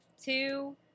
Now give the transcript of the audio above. two